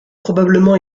probablement